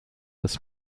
des